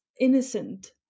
innocent